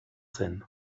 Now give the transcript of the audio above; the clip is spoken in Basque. zen